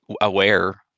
aware